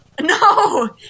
No